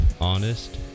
honest